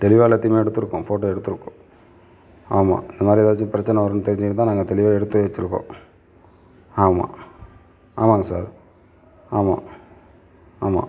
தெளிவாக எல்லாத்தையுமே எடுத்திருக்கோம் போட்டோ எடுத்திருக்கோம் ஆமாம் இந்த மாதிரி எதாச்சும் பிரச்சனை வரும்னு தெரிஞ்சு தான் நாங்கள் தெளிவாக எடுத்தே வச்சிருக்கோம் ஆமாம் ஆமாங்க சார் ஆமாம் ஆமாம்